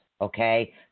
okay